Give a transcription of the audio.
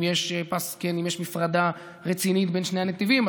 אם יש הפרדה רצינית בין שני הנתיבים,